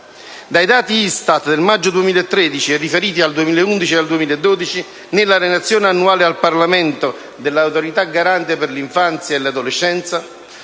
dai dati Istat del maggio 2013, riferiti al 2011 e al 2012, dalla Relazione annuale al Parlamento dell'Autorità garante per l'infanzia e l'adolescenza